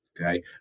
okay